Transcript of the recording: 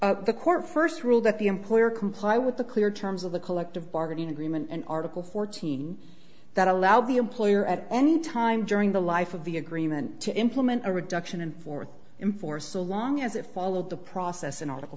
brief the court first rule that the employer comply with the clear terms of the collective bargaining agreement and article fourteen that allow the employer at any time during the life of the agreement to implement a reduction in for him for so long as it followed the process in article